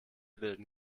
bilden